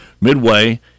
Midway